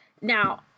Now